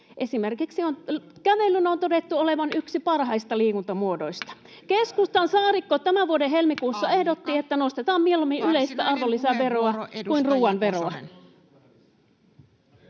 Esimerkiksi kävelyn on todettu olevan yksi parhaista liikuntamuodoista. Keskustan Saarikko tämän vuoden helmikuussa ehdotti, [Puhemies: Aika!] että nostetaan mieluummin yleistä arvonlisäveroa kuin ruuan veroa.